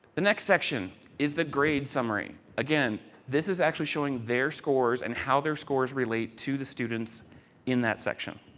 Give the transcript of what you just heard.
the next section is the grade summary. again, this is actually showing their scores and how their scores relate to the students in that section.